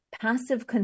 passive